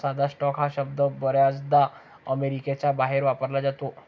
साधा स्टॉक हा शब्द बर्याचदा अमेरिकेच्या बाहेर वापरला जातो